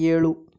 ಏಳು